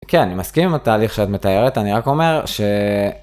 כן, אני מסכים עם התהליך שאת מתארת, אני רק אומר ש...